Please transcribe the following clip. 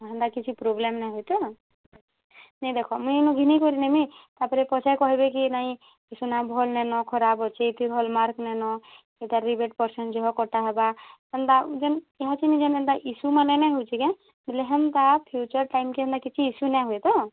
ହଁ ହେନ୍ତା କିଛି ପ୍ରୋବ୍ଲେମ୍ ନାଇଁ ହୁଏ ତ ନାଇଁ ଦେଖ ମୁଇଁ ଇନୁ ଘିନିକରି ନେମି ତା'ପରେ ପଛେ କହେବି କି ନାଇଁ ଏ ସୁନା ଭଲ୍ ନାଇନ ଖରାପ୍ ଅଛି ଏଥି ହଲ୍ ମାର୍କ ନାଇନ ଏଇଟାର୍ ବି ପରସେଣ୍ଟ ଯହ କଟା ହେବା ହେନ୍ତା ଯେନ୍ ଇହା ସେନୁ ଯେନ୍ ଯେନ୍ତା ଇ ଶୂନ ନାଇଁନ ବୋଲଛୁ କେଁ ହେଲେ ହେନ୍ତା ଫ୍ୟୁଚର୍ ଟାଇମ୍ କେନେ କିଛି ଇସୁ ନା ହୁଏ ତ